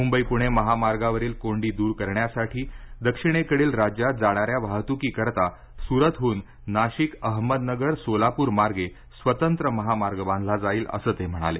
मुंबई प्रणे महामार्गावरील कोंडी दूर करण्यासाठी दक्षिणेकडील राज्यांत जाणाऱ्या वाहतूकीकरता सुरतहून नाशिक अहमदनगर सोलापूरमार्गे स्वतंत्र महामार्ग बांधला जाईल असं ते म्हणाले